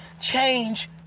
change